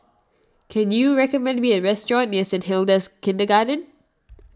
can you recommend me a restaurant near Saint Hilda's Kindergarten